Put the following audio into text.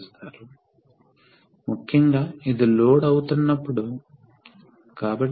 ఇప్పుడు వాస్తవానికి మనం చేయబోయేది ఏమిటంటే